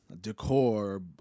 decor